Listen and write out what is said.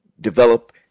develop